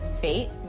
fate